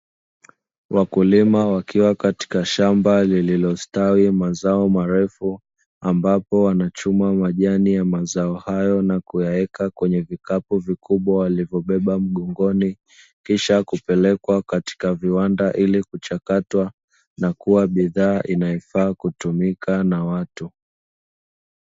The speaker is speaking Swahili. Wakulima wakiwa katika shamba lililostawi mazao marefu, ambapo wanachuma majani ya mazao hayo na kuyaweka kwenye vikapu vikubwa walivyobeba mgongoni, kisha kupelekwa katika viwanda ili kuchakatwa na kuwa bidhaa inayofaa kutumika na watu.